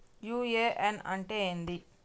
UAN అంటే ఏంది?